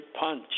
punch